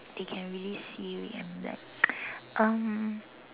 they can really see red and black um